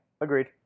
agreed